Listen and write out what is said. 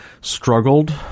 struggled